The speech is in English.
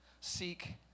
seek